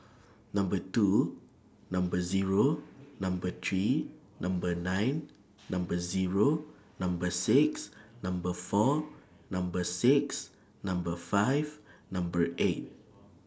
Number two Number Zero Number three Number nine Number Zero Number six Number four Number six Number five Number eight